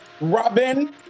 robin